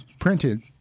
printed